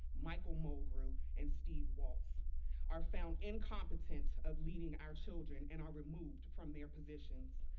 michael mulgrew and steve walts are found incompetent of leading our children and are removed from their positions.